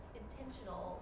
intentional